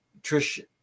Trish